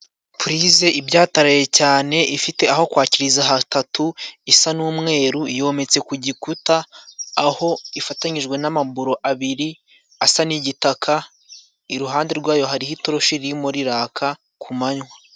Purize ibyataraye cyane ifite aho kwakiriza hatatu isa n'umweru yometse ku gikuta aho ifatanyijwe n'amaburo abiri asa n'igitaka. Iruhande rwayo hari itoroshi ririmo riraka ku manywa.